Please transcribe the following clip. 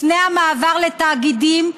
לפני המעבר לתאגידים,